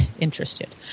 interested